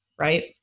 Right